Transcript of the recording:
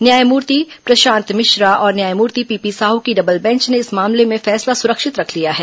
न्यायमूर्ति प्रशांत मिश्रा और न्यायमूर्ति पीपी साहू की डबल बेंच ने इस मामले में फैसला सुरक्षित रख लिया है